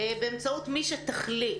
באמצעות מי שתחליט.